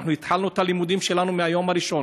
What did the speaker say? התחלנו את הלימודים שלנו מהיום הראשון.